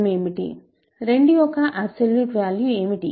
2 యొక్క absolute value ఏమిటి